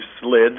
slid